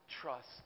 trust